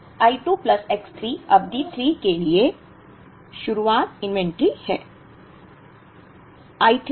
तो I 2 plus X 3 अवधि 3 के लिए शुरुआत इन्वेंटरी है